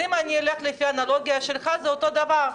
אם אני אלך לפי האנלוגיה שלך, זה אותו דבר.